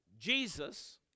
Jesus